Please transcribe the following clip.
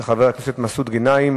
של חבר הכנסת מסעוד גנאים,